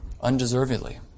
undeservedly